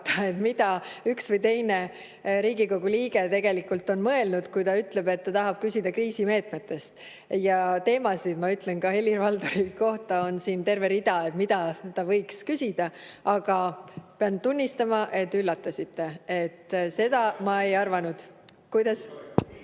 mida üks või teine Riigikogu liige tegelikult on mõelnud, kui ta näiteks ütleb, et ta tahab küsida kriisimeetmete kohta. Teemasid – ma ütlen ka Helir-Valdorile –, on siin terve rida, mida võiks küsida. Aga pean tunnistama, et te üllatasite – seda ma ei arvanud. (Hääl